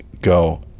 go